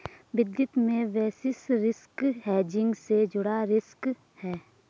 वित्त में basis risk hedging से जुड़ा रिस्क है